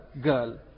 girl